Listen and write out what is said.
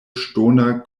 ŝtona